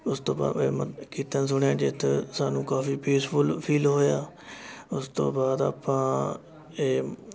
ਉਸਤੋਂ ਕੀਰਤਨ ਸੁਣਿਆ ਜਿੱਥੇ ਸਾਨੂੰ ਕਾਫੀ ਪੀਸਫੁਲ ਫੀਲ ਹੋਇਆ ਉਸ ਤੋਂ ਬਾਅਦ ਆਪਾਂ ਇਹ